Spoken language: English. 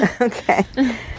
Okay